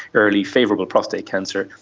early favourable prostate cancer,